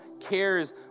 cares